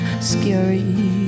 scary